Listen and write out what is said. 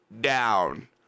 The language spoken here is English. down